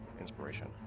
inspiration